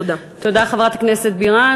תודה, חברת הכנסת בירן.